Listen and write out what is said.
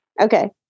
Okay